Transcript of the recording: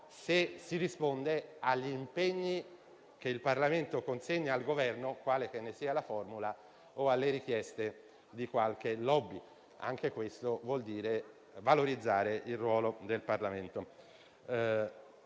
se si risponde agli impegni che il Parlamento stesso consegna al Governo, quale che ne sia la formula, o alle richieste di qualche *lobby.* Anche questo vuol dire valorizzare il ruolo del Parlamento.